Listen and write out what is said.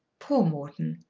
poor morton!